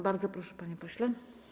Bardzo proszę, panie pośle.